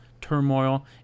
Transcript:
turmoil